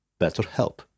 BetterHelp